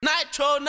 Nitro